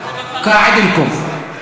דאגתי לכם.